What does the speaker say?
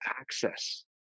access